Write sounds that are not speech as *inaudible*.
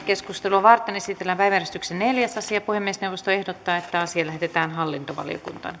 lähetekeskustelua varten esitellään päiväjärjestyksen neljäs asia puhemiesneuvosto ehdottaa että asia lähetetään hallintovaliokuntaan *unintelligible*